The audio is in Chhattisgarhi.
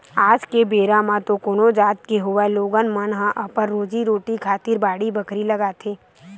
आज के बेरा म तो कोनो जात के होवय लोगन मन ह अपन रोजी रोटी खातिर बाड़ी बखरी लगाथे